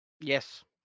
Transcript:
Yes